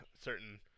certain